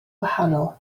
wahanol